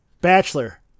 Bachelor